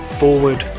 forward